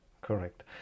correct